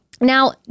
now